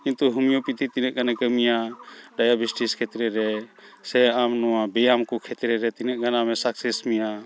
ᱠᱤᱱᱛᱩ ᱦᱳᱢᱤᱭᱳᱯᱮᱛᱷᱤ ᱛᱤᱱᱟᱹᱜ ᱜᱟᱱᱮ ᱠᱟᱹᱢᱤᱭᱟ ᱰᱟᱭᱟᱵᱮᱴᱤᱥ ᱠᱷᱮᱛᱨᱮᱨᱮ ᱥᱮ ᱟᱢ ᱱᱚᱣᱟ ᱵᱮᱭᱟᱢᱠᱚ ᱠᱷᱮᱛᱨᱮᱨᱮ ᱛᱤᱱᱟᱹᱜ ᱜᱟᱱ ᱟᱢᱮ ᱥᱟᱠᱥᱮᱥ ᱢᱮᱭᱟ